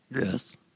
Yes